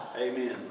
Amen